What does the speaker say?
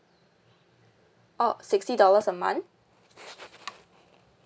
oh sixty dollars a month